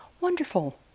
Wonderful